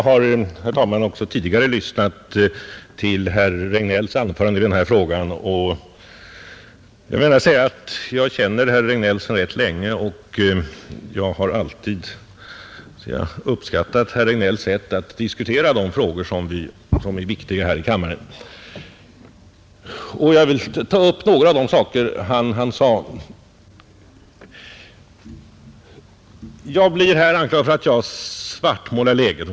Herr talman! Jag har lyssnat till vad herr Regnéll tidigare anfört i denna fråga och vill gärna säga att jag känner herr Regnéll sedan ganska länge och har alltid uppskattat hans sätt att diskutera viktiga frågor här i kammaren. Jag skall här ta upp några av de saker som herr Regnéll nämnde. Jag har här blivit anklagad för att svartmåla läget.